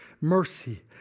mercy